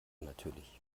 natürlich